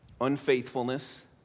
Unfaithfulness